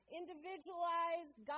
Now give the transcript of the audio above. individualized